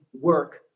work